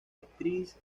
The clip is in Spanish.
actriz